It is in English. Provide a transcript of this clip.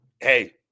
hey